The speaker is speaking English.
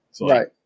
Right